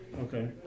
Okay